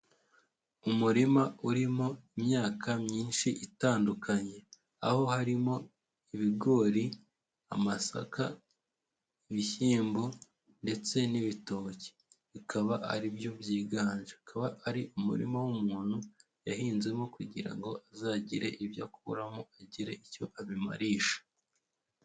Umurima urimo imyaka myinshi itandukanye, aho harimo ibigori, amasaka, ibishyimbo ndetse n'ibitoki, bikaba ari byo byiganje, akaba ari umurima w'umuntu yahinzemo kugira ngo azagire ibyo akuramo agire icyo abimarisha.